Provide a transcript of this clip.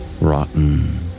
Rotten